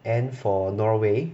N for Norway